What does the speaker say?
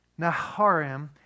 Naharim